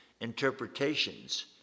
interpretations